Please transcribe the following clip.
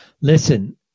Listen